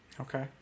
Okay